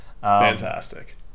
Fantastic